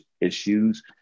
issues